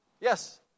Yes